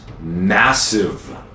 massive